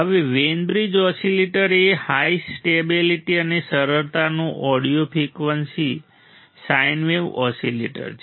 હવે Wien bridge oscillator એ high stability અને સરળતાનું audio frequency sine wave oscillator છે